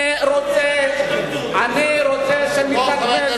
אני רוצה, מי נהנה מההשתמטות, אני אספר לך מי.